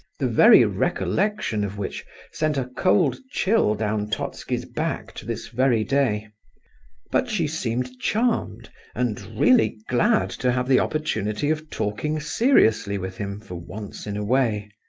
the very recollection of which sent a cold chill down totski's back to this very day but she seemed charmed and really glad to have the opportunity of talking seriously with him for once in a way.